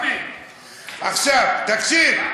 עכשיו תקשיב.